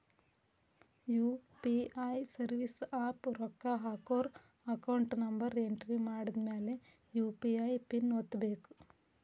UPI service app ರೊಕ್ಕ ಹಾಕೋರ್ account number entry ಮಾಡಿದ್ಮ್ಯಾಲೆ ಯು.ಪಿ.ಐ ಪಿನ್ ಒತ್ತಬೇಕು